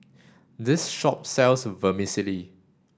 this shop sells Vermicelli